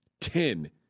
ten